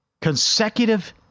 Consecutive